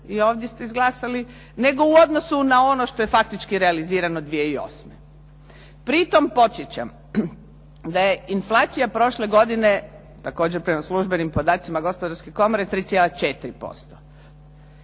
i ovdje ste izglasali, nego u odnosu na ono što je faktički realizirano 2008. Pri tom podsjećam da je inflacija prošle godine, također prema službenim podacima Gospodarske komore, 3,4%.